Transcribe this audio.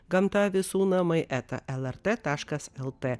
gamta visų namai eta elarte lt